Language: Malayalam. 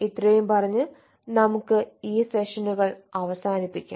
ഇത്രയും പറഞ്ഞ് നമുക്ക് ഈ സെഷനുകൾ അവസാനിപ്പിക്കാം